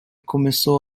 começou